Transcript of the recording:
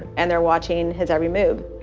and they're watching his every move.